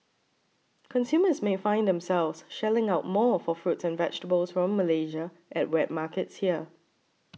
consumers may find themselves shelling out more for fruits and vegetables from Malaysia at wet markets here